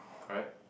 correct